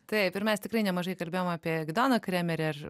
taip ir mes tikrai nemažai kalbėjom apie gidoną kremerį ar